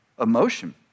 emotion